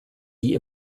wie